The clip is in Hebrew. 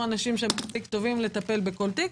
אנשים שהם מספיק טובים לטפל בכל תיק,